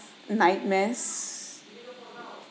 nightmares